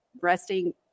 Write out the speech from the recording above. resting